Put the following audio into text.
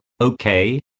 okay